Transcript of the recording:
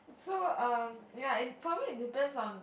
so um ya and for me it depends on